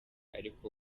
ariko